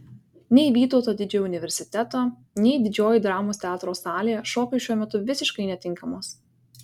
nei vytauto didžiojo universiteto nei didžioji dramos teatro salė šokiui šiuo metu visiškai netinkamos